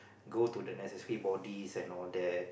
go to the necessary bodies and all that